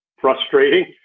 frustrating